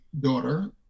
daughter